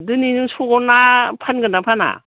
दिनै नों स'कआव ना फानगोन ना फाना